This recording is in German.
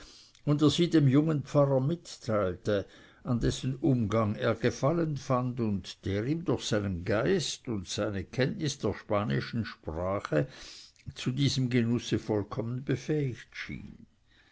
sie dem jungen pfarrer mitteilte an dessen umgang er gefallen fand und der ihm durch seinen geist und seine kenntnis der spanischen sprache zu diesem genusse vollkommen befähigt schien